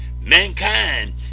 mankind